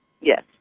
Yes